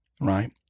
Right